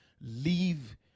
leave